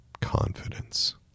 confidence